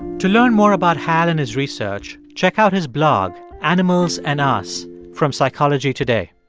to learn more about hal and his research, check out his blog, animals and us, from psychology today.